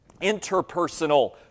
interpersonal